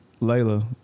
Layla